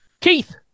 Keith